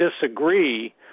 disagree